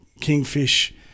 kingfish